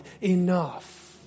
enough